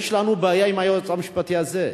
יש לנו בעיה עם היועץ המשפטי הזה.